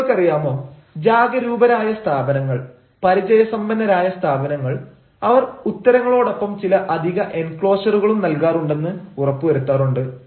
നിങ്ങൾക്കറിയാമോ ജാഗരൂപരായ സ്ഥാപനങ്ങൾ പരിചയസമ്പന്നരായ സ്ഥാപനങ്ങൾ അവർ ഉത്തരങ്ങളോടൊപ്പം ചില അധിക എൻക്ളോഷറുകളും നൽകാറുണ്ടെന്ന് ഉറപ്പു വരുത്താറുണ്ട്